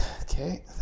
Okay